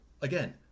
again